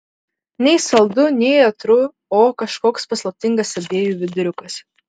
nei saldu nei aitru o kažkoks paslaptingas abiejų viduriukas